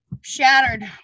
shattered